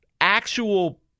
actual